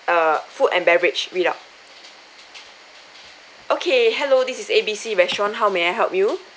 err food and beverage read up okay hello this is A_B_C restaurant how may I help you